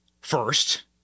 first